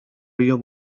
young